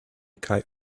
kite